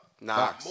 Nah